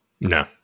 no